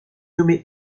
nommée